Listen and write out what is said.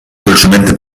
dolcemente